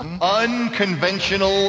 Unconventional